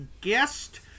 guest